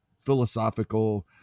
philosophical